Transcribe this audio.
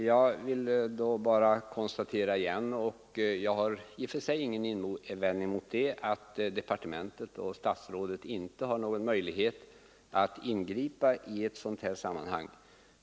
Herr talman! Då konstaterar jag än en gång att statsrådet och departementet inte har någon möjlighet att ingripa i sådana här frågor.